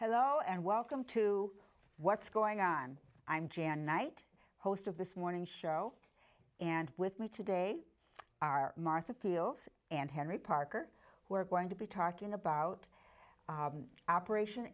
hello and welcome to what's going on i'm jan night host of this morning show and with me today are martha fields and henry parker who are going to be talking about operation